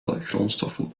grondstoffen